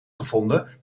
gevonden